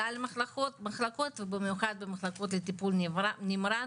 כלל מחלקות, במיוחד במחלקות לטיפול נמרץ,